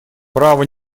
право